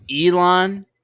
Elon